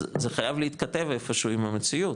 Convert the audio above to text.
אז זה חייב להתכתב איפשהו עם המציאות,